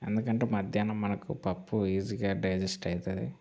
ఎందుకంటే మధ్యాహ్నం మనకు పప్పు ఈజీగా డైజెస్ట్ అవుతుంది